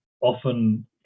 often